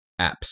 apps